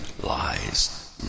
lies